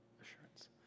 assurance